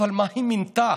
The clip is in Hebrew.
אבל מה היא מינתה?